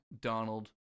Donald